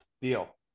Deal